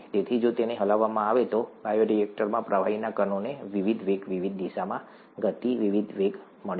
તેથી જો તેને હલાવવામાં આવે તો બાયોરિએક્ટરમાં પ્રવાહીના કણોના વિવિધ વેગ વિવિધ દિશામાં ગતિ વિવિધ વેગ હશે